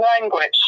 language